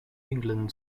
england